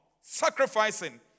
sacrificing